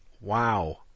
Wow